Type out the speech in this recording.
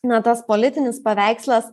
na tas politinis paveikslas